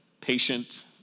patient